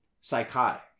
psychotic